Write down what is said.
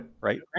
Right